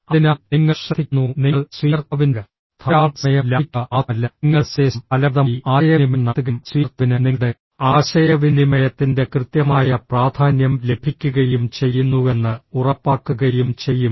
അതിനാൽ നിങ്ങൾ ശ്രദ്ധിക്കുന്നു നിങ്ങൾ സ്വീകർത്താവിന്റെ ധാരാളം സമയം ലാഭിക്കുക മാത്രമല്ല നിങ്ങളുടെ സന്ദേശം ഫലപ്രദമായി ആശയവിനിമയം നടത്തുകയും സ്വീകർത്താവിന് നിങ്ങളുടെ ആശയവിനിമയത്തിന്റെ കൃത്യമായ പ്രാധാന്യം ലഭിക്കുകയും ചെയ്യുന്നുവെന്ന് ഉറപ്പാക്കുകയും ചെയ്യും